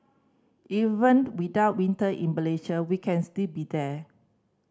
even without winter in Malaysia we can still be there